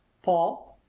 paul,